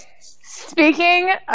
speaking